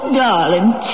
darling